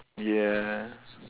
ya